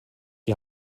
die